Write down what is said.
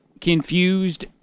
confused